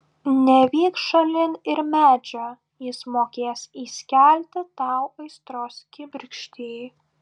nevyk šalin ir medžio jis mokės įskelti tau aistros kibirkštį